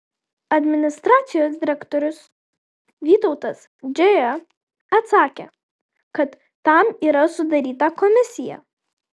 administracijos direktorius vytautas džėja atsakė kad tam yra sudaryta komisija